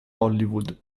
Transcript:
hollywood